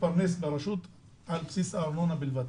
הרשות מתקיימת על בסיס הארנונה בלבד.